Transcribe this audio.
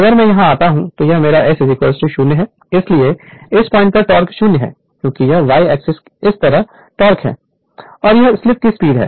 अगर मैं यहां आता हूं तो यह मेरा S 0 है इसलिए इस पॉइंट पर टोक़ 0 है क्योंकि यह y एक्सेस इस तरफ टोक़ है और यह स्लीप की स्पीड है